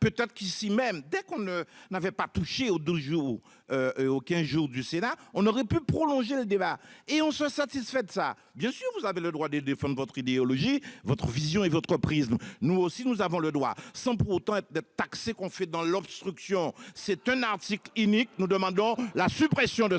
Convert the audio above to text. Peut-être qu'ici même dès qu'on ne n'avait pas touché au dos jours. Aucun jour du Sénat. On aurait pu prolonger le débat et on se satisfait de ça bien sûr, vous avez le droit des, des femmes de votre idéologie votre vision et votre prisme nous aussi nous avons le droit, sans pour autant être taxer qu'on fait dans l'obstruction. C'est un article inique. Nous demandons la suppression de